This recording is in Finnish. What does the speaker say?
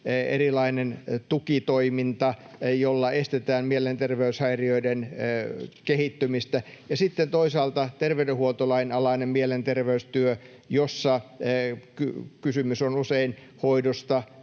erilainen tukitoiminta, jolla estetään mielenterveyshäiriöiden kehittymistä — ja sitten toisaalta terveydenhuoltolain alainen mielenterveystyö, jossa kysymys on usein hoidosta,